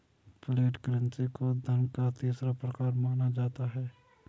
flat currency को धन का तीसरा प्रकार माना जाता है